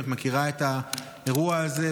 האם את מכירה את האירוע הזה?